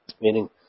meaning